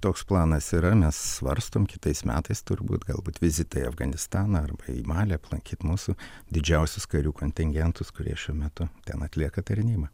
toks planas yra mes svarstom kitais metais turbūt galbūt vizitą į afganistaną arba į malį aplankyt mūsų didžiausius karių kontingentus kurie šiuo metu ten atlieka tarnybą